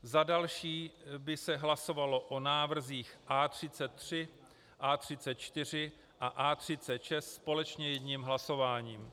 Za další by se hlasovalo o návrzích A33, A34 a A36 společně jedním hlasováním.